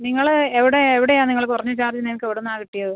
നിങ്ങൾ എവിടെ എവിടെയാണ് നിങ്ങൾ കുറഞ്ഞ ചാർജ് നിങ്ങൾക്ക് എവിടെ നിന്നാണ് കിട്ടിയത്